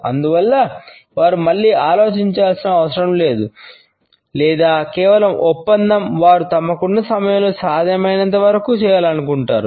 అందువల్ల వారు మళ్లీ ఆలోచించాల్సిన అవసరం లేదు లేదా కేవలం ఒప్పందం వారు తమకున్నసమయంలో సాధ్యమైనంతవరకు చేయాలనుకుంటున్నారు